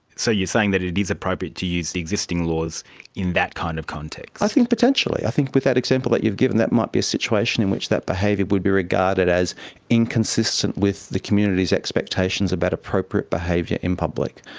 so you're saying that it is appropriate to use the existing laws in that kind of context? i think potentially, i think with that example that you've given, that might be a situation in which that behaviour would be regarded as inconsistent with the community's expectations about appropriate behaviour in public.